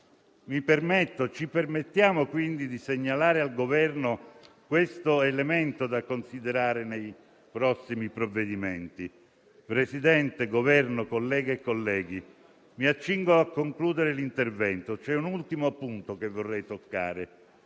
Ci permettiamo di segnalare, quindi, al Governo questo elemento da considerare nei prossimi provvedimenti. Presidente, Governo, colleghe e colleghi, mi accingo a concludere l'intervento. C'è un ultimo punto che vorrei toccare.